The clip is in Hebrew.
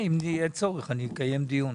אם יהיה צורך אני אקיים דיון.